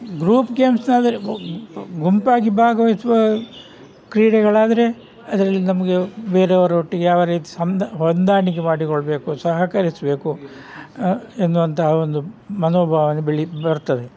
group games ಅಂದರೆ ಗುಂಪಾಗಿ ಭಾಗವಹಿಸುವ ಕ್ರೀಡೆಗಳಾದರೆ ಅದರಲ್ಲಿ ನಮಗೆ ಬೇರೆಯವ್ರೊಟ್ಟಿಗೆ ಅವರ ಇದು ಸಂದ್ ಹೊಂದಾಣಿಕೆ ಮಾಡಿಕೊಳ್ಳಬೇಕು ಸಹಕರಿಸಬೇಕು ಎನ್ನುವಂಥ ಆ ಒಂದು ಮನೋಭಾವನೆ ಬೆಳೆ ಬರ್ತದೆ